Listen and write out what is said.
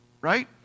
right